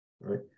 Right